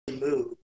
move